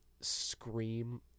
scream